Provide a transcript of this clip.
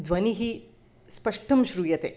ध्वनिः स्पष्टं श्रूयते